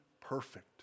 perfect